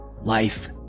life